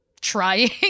trying